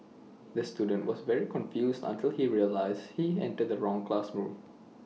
the student was very confused until he realised he entered the wrong classroom